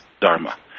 dharma